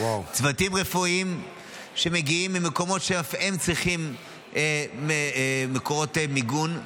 צוותים רפואיים מגיעים ממקומות שאף הם צריכים מקורות מיגון.